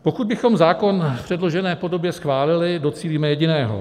Pokud bychom zákon v předložené podobě schválili, docílíme jediného.